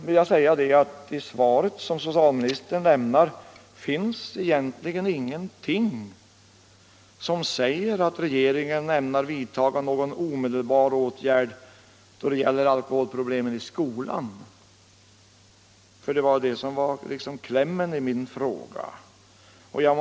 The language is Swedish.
I socialministerns svar finns egentligen ingenting som tyder på att regeringen ämnar vidtaga någon omedelbar åtgärd när det gäller alkoholproblemen i skolan, och det var ändå den frågan som utgjorde klämmen i min interpellation.